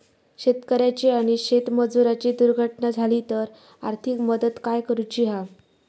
शेतकऱ्याची आणि शेतमजुराची दुर्घटना झाली तर आर्थिक मदत काय करूची हा?